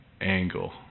angle